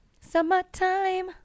Summertime